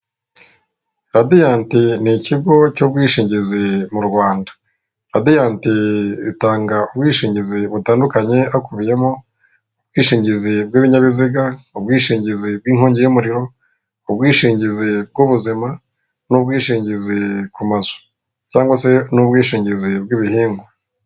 Radiyanti ni ikigo cy'ubwishingizi mu Rwanda. Radiyanti itanga ubwishingizi butandukanye hakubiyemo ubwishingizi bw'ibinyabiziga, ubwishingizi bw'inkongi y'umuriro, ubwishingizi bw'ubuzima n'ubwishingizi ku mazu cyangwa se n'ubwishingizi bw'ibihingwa.